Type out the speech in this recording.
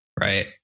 right